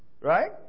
Right